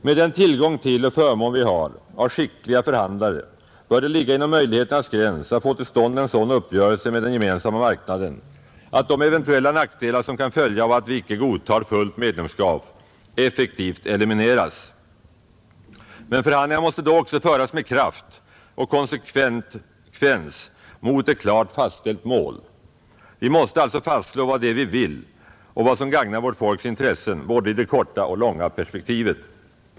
Med den tillgång till och förmån av skickliga förhandlare som vi har bör det ligga inom möjligheternas gräns att få stånd en sådan uppgörelse med Gemensamma marknaden att de eventuella nackdelar som kan följa av att vi icke godtar fullt medlemskap effektivt elimineras. Men förhandlingarna måste då också föras med kraft och konsekvens mot ett klart fastställt mål. Vi måste alltså fastslå vad det är vi vill och vad som gagnar vårt folks intressen i både det korta och långa perspektivet.